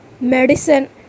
medicine